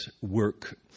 work